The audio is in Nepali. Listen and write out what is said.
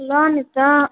ल नि त